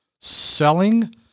selling